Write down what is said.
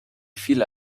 viele